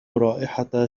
رائحة